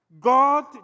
God